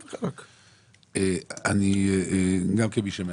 גם כמי שמעשן.